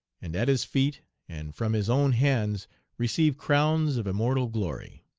and at his feet and from his own hands receive crowns of immortal glory.